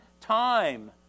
time